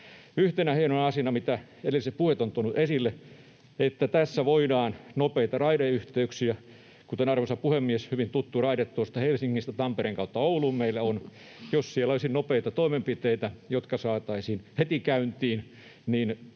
Yhtenä hienona asiana, mitä edelliset puheet ovat tuoneet esille, on se, että tässä voidaan saada nopeita raideyhteyksiä, kuten, arvoisa puhemies, hyvin tuttu raide tuosta Helsingistä Tampereen kautta Ouluun meillä on, ja jos siellä olisi nopeita toimenpiteitä, jotka saataisiin heti käyntiin,